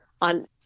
on